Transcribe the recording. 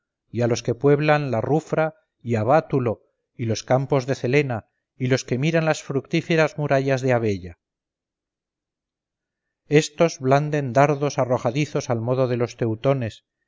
a los que pueblan a rufra y a bátulo y los campos de celena y los que miran las fructíferas murallas de abella estos blanden dardos arrojadizos al modo de los teutones